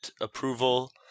approval